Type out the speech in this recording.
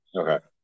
Okay